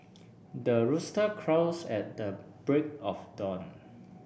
the rooster crows at the break of dawn